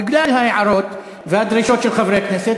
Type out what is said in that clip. בגלל ההערות והדרישות של חברי הכנסת,